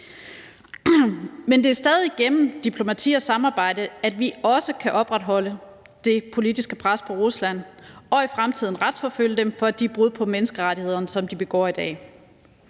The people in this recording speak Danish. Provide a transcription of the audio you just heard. Men det er stadig gennem diplomati og samarbejde, at vi også kan opretholde det politiske pres på Rusland og i fremtiden retsforfølge dem for de brud på menneskerettighederne, som de begår i dag.